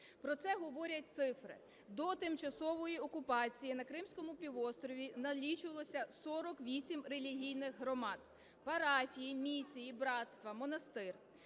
про це говорять цифри. До тимчасової окупації на Кримському півострові налічувалося 48 релігійних громад, парафій, місій і братства, монастир,